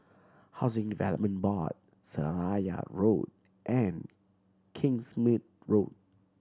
Housing Development Board Seraya Road and Kingsmead Road